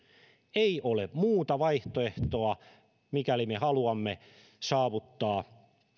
ei ole muuta vaihtoehtoa mikäli me haluamme saavuttaa